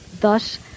Thus